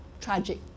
tragic